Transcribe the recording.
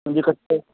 म्हणजे कसं